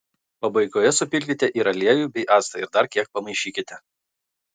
pabaigoje supilkite ir aliejų bei actą ir dar kiek pamaišykite